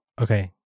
Okay